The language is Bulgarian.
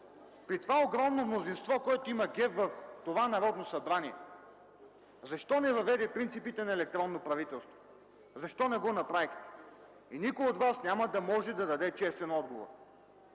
при огромното мнозинство, което има ГЕРБ в това Народно събрание, защо не въведе принципите на електронно правителство? Защо не го направихте? Никой от Вас няма да може да даде честен отговор.